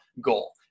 goal